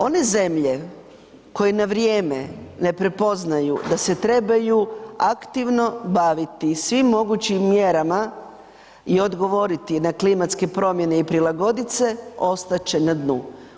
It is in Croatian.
One zemlje koje na vrijeme ne prepoznaju da se trebaju aktivno baviti svim mogućim mjerama i odgovoriti na klimatske promjene i prilagoditi se, ostat će na dnu.